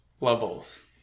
Levels